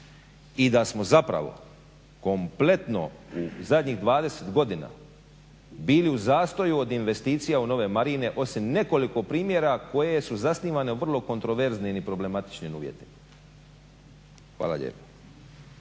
i da smo zapravo kompletno u zadnjih 20 godina bili u zastoju od investicija u nove marine osim nekoliko primjera koje su zasnivane u vrlo kontroverznim i problematičnim uvjetima. Hvala lijepo.